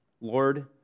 Lord